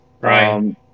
Right